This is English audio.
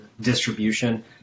distribution